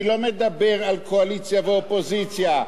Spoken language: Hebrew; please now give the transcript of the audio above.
אני לא מדבר על קואליציה ואופוזיציה.